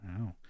Wow